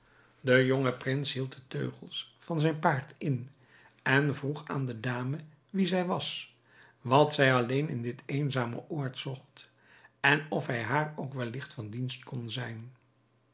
de jonge prins hield de teugels van zijn paard in en vroeg aan de dame wie zij was wat zij alleen in dit eenzame oord zocht en of hij haar ook welligt van dienst kon zijn